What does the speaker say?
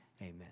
Amen